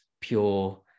pure